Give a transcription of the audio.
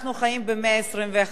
עם מערכת מקוונת.